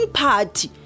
party